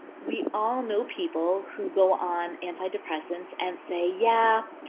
we all know people who go on antidepressants and say yeah,